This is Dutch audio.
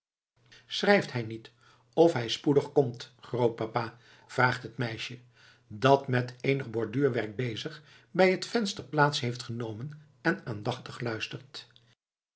schrijft hij niet of hij spoedig komt grootpapa vraagt het meisje dat met eenig borduurwerk bezig bij t venster plaats heeft genomen en aandachtig luistert